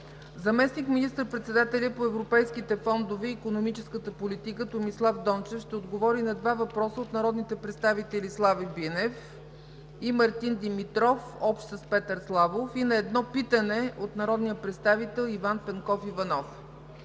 Заместник министър-председателят по европейските фондове и икономическата политика Томислав Дончев ще отговори на два въпроса от народните представители Слави Бинев; и Мартин Димитров и Петър Славов – общ, и на едно питане от народния представител Иван Пенков Иванов.